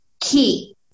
key